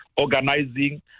organizing